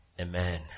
amen